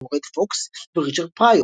כמו רד פוקס וריצ'רד פריור.